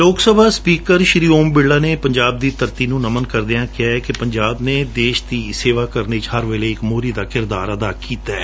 ਲੋਕ ਸਭਾ ਸਪੀਕਰ ਓਮ ਬਿਰਲਾ ਨੇ ਪੰਜਾਬ ਦੀ ਧਰਤੀ ਨੂੰ ਨਮਨ ਕਰਦਿਆਂ ਕਿਹੈ ਕਿ ਪੰਜਾਬ ਨੇ ਦੇਸ਼ ਦੀ ਸੇਵਾ ਕਰਣ ਵਿਚ ਹਰ ਵੇਲੇ ਇਕ ਮੁਹਰੀ ਦਾ ਕਿਰਦਾਰ ਨਿਭਾਇਐ